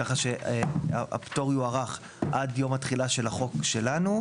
ככה שהפטור יוארך עד יום התחילה של החוק שלנו,